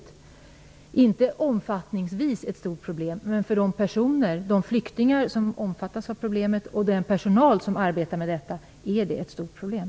Sett till omfattningen är detta inte ett stort problem, men för de flyktingar och den personal som berörs är det ett stort problem.